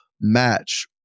match